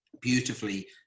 beautifully